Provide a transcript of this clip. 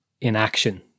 inaction